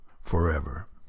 forever